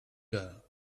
girl